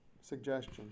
suggestion